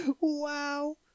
wow